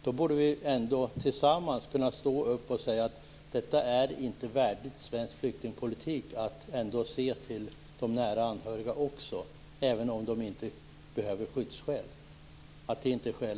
Då borde vi ändå tillsammans kunna stå upp och säga att det inte är värdigt svensk flyktingpolitik att inte också se till de nära anhöriga även om de inte har skyddsskäl.